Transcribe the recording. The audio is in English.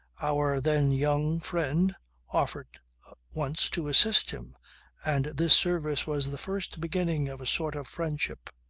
our, then young, friend offered once to assist him and this service was the first beginning of a sort of friendship.